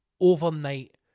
overnight